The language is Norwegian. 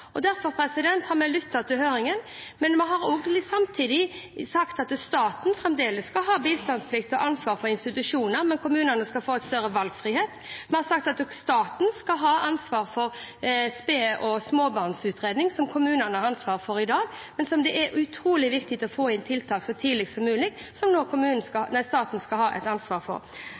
det. Derfor har vi lyttet til høringsinstansene. Vi har samtidig sagt at staten fremdeles skal ha bistandsplikt og ansvar for institusjoner, men kommunene skal få større valgfrihet. Vi har sagt at staten skal ha ansvar for sped- og småbarnsutredninger, som kommunene har ansvar for i dag, men der det er utrolig viktig å få inn tiltak så tidlig som mulig, som staten nå skal ha ansvar for.